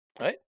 Right